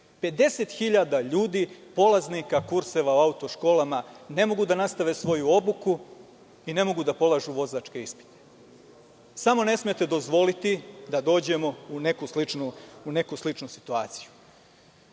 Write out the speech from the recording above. hiljada ljudi, polaznika, kurseva, u auto školama ne mogu da nastave svoju obuku i ne mogu da polažu vozačke ispite. Samo ne smete dozvoliti da dođemo u neku sličnu situaciju. Svi